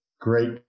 great